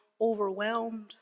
overwhelmed